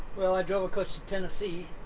well, i drove a coach to tennessee.